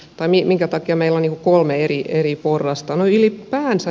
panin minkä takia meloni kolme eri porrasta